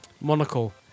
monocle